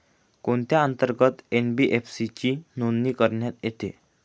कोणत्या अंतर्गत एन.बी.एफ.सी ची नोंदणी करण्यात येते?